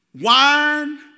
Wine